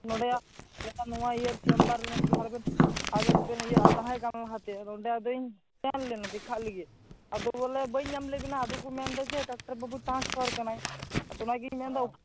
ᱱᱚᱰᱮᱭᱟ ᱱᱚᱣᱟ ᱤᱭᱟᱹ ᱪᱮᱢᱵᱟᱨ ᱨᱮᱱᱟᱜ ᱡᱟᱦᱟᱸ ᱨᱮᱵᱮᱱ ᱟᱵᱮᱱ ᱵᱮᱱ ᱤᱭᱟᱹᱜᱼᱟ ᱛᱟᱦᱮᱸᱠᱟᱱᱟ ᱞᱟᱦᱟᱛᱮ ᱚᱱᱰᱮ ᱟᱫᱚᱧ ᱥᱮᱱ ᱞᱮᱱᱟ ᱫᱮᱠᱷᱟ ᱞᱟᱹᱜᱤᱫ ᱟᱫᱚ ᱵᱚᱞᱮ ᱵᱟᱹᱧ ᱧᱟᱢᱞᱮᱫ ᱵᱤᱱᱟ ᱟᱫᱚᱠᱚ ᱠᱚ ᱢᱮᱱ ᱮᱫᱟ ᱡᱮ ᱰᱟᱠᱛᱟᱨ ᱵᱟᱵᱩᱭ ᱴᱨᱮᱱᱥᱯᱟᱨ ᱟᱠᱟᱱᱟ ᱟᱫᱚ ᱚᱱᱟ ᱜᱤᱧ ᱢᱮᱱᱮᱫᱟ ᱚᱠᱟ